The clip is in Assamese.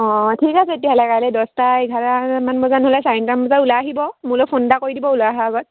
অঁ ঠিক আছে তেতিয়াহ'লে কাইলে দছটা এঘাৰ মান বজাত নহ'লে চাৰে নটা মান বজাত ওলাই আহিব মোলে ফোন এটা কৰি দিব ওলাই আহাৰ আগত